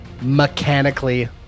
mechanically